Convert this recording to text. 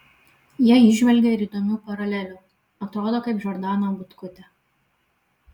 jie įžvelgė ir įdomių paralelių atrodo kaip džordana butkutė